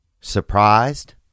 surprised